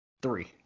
three